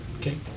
Okay